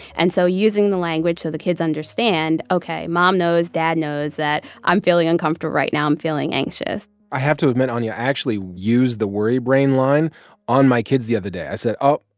and so using the language so the kids understand, ok, mom knows, dad knows that i'm feeling uncomfortable right now i'm feeling anxious i have to admit, anya, i actually used the worry brain line on my kids the other day. i said, oh,